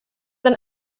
den